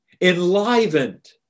enlivened